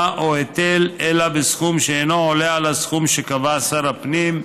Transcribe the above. או היטל אלא בסכום שאינו עולה על הסכום שקבע שר הפנים,